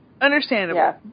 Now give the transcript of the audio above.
understandable